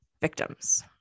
victims